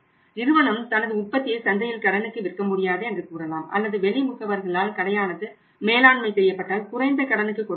நிறுவனம் தனது உற்பத்தியை சந்தையில் கடனுக்கு விற்க முடியாது என்று கூறலாம் அல்லது வெளி முகவர்களால் கடையானது மேலாண்மை செய்யப்பட்டால் குறைந்த கடனுக்கு கொடுக்கலாம்